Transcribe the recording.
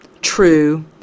true